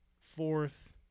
fourth